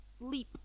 leap